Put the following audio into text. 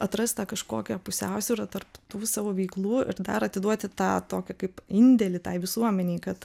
atrasit tą kažkokią pusiausvyrą tarp tų savo veiklų ir dar atiduoti tą tokį kaip indėlį tai visuomenei kad